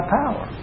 power